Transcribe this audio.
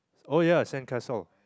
oh yeah sandcastle